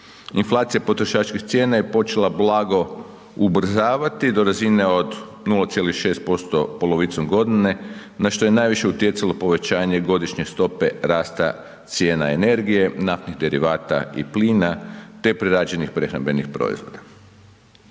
inflacija potrošačkih cijena je počela blago ubrzavati do razine od 0,6% polovicom godine, na što je najviše utjecalo povećanje godišnje stope rasta cijena energije, naftnih derivata i plina, te prerađenih prehrambenih proizvoda.